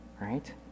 right